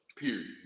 Period